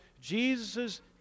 Jesus